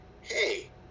hey